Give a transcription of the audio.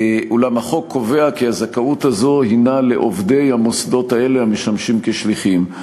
אולם החוק קובע כי הזכאות הזאת הנה לעובדי המוסדות אלה המשמשים כשליחים.